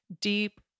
deep